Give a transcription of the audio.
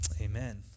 Amen